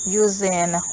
using